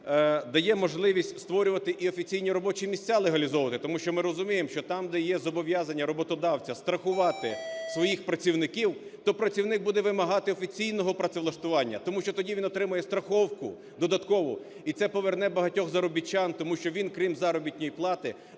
дає можливість створювати і офіційні робочі місця легалізовані. Тому що ми розуміємо, там, де є зобов'язання роботодавця страхувати своїх працівників, то працівник буде вимагати офіційного працевлаштування, тому що тоді він отримає страховку додаткову, і це поверне багатьох заробітчан, тому що він крім заробітної плати